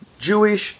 Jewish